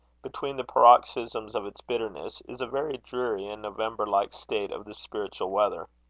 between the paroxysms of its bitterness, is a very dreary and november-like state of the spiritual weather.